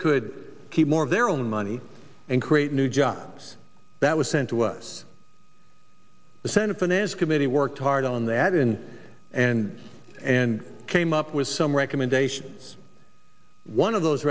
could keep more of their own money and create new jobs that was sent to us the senate finance committee worked hard on that in and and came up with some recommendations one of those